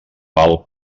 val